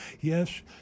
yes